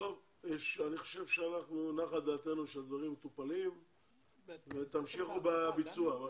אני חושב שנחה דעתנו שהדברים מטופלים ותמשיכו בביצוע.